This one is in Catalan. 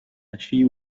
així